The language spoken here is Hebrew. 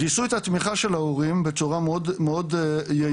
גייסו את התמיכה של ההורים בצורה מאוד יעילה,